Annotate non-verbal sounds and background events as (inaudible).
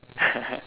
(laughs)